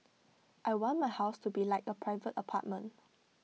I want my house to be like A private apartment